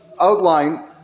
outline